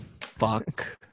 Fuck